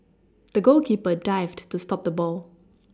the goalkeeper dived to stop the ball